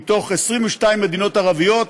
מתוך 22 מדינות ערביות,